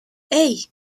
hey